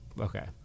Okay